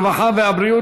הרווחה והבריאות